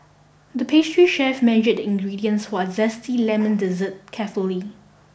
the pastry chef measured the ingredients for a zesty lemon dessert carefully